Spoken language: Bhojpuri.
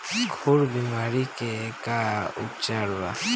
खुर बीमारी के का उपचार बा?